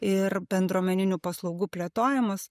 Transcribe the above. ir bendruomeninių paslaugų plėtojimas